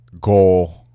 goal